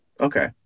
Okay